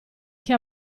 che